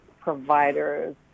providers